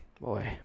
Boy